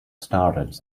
started